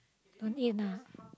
don't eat ah